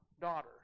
daughter